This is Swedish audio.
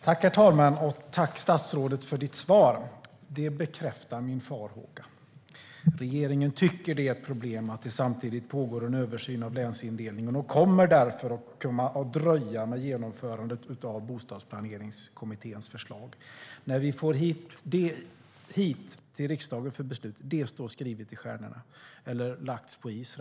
Herr talman! Tack för ditt svar, statsrådet. Det bekräftar min farhåga. Regeringen tycker att det är ett problem att det samtidigt pågår en översyn av länsindelningen och kommer därför att kunna dröja med genomförandet Bostadsplaneringskommitténs förslag. Det står skrivet i stjärnorna när vi får det hit till riksdagen för beslut. Det har rättare sagt lagts på is.